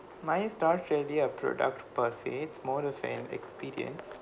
mine is not really a product per se it's more of an experience